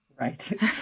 Right